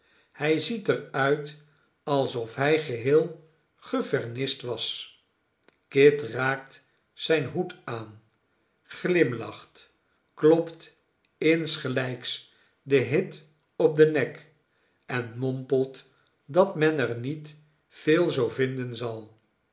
hij ziet er uit alsof hij geheel gevernisd was kit raakt zijn hoed aan glimlacht klopt insgelijks den hit op den nek en mompelt dat men er niet veel zoo vinden zal